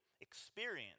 Experience